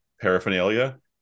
paraphernalia